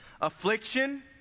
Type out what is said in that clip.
affliction